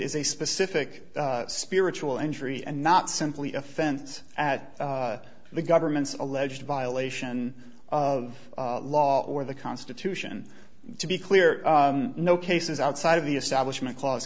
is a specific spiritual injury and not simply offense at the government's alleged violation of law or the constitution to be clear no cases outside of the establishment cla